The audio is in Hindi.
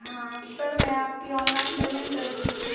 हाँ सर मैं आपकी ऑनलाइन पेमेंट कर दूँगी